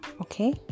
okay